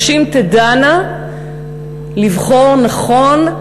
נשים תדענה לבחור נכון,